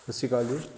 ਸਤਿ ਸ਼੍ਰੀ ਅਕਾਲ ਜੀ